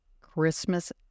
christmas